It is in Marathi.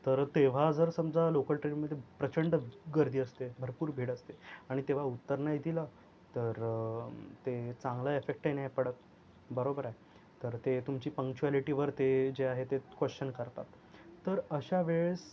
तर तेव्हा जर समजा लोकल ट्रेनमध्ये प्रचंड गर्दी असते भरपूर भीड असते आणि तेव्हा उत्तर नाही दिलं तर ते चांगला इफेक्टही नाही पडत बरोबर आहे तर ते तुमची पंक्च्युअॅलीटीवर ते जे आहे ते क्वेश्चन करतात तर अशा वेळेस